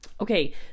Okay